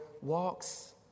walks